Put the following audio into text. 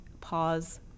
pause